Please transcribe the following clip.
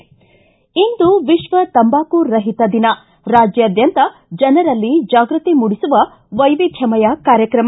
ಿಂ ಇಂದು ವಿಶ್ವ ತಂಬಾಕು ರಹಿತ ದಿನ ರಾಜ್ಯಾದ್ಯಂತ ಜನರಲ್ಲಿ ಜಾಗೃತಿ ಮೂಡಿಸುವ ವೈವಿಧ್ಯಮಯ ಕಾರ್ಯಕ್ರಮ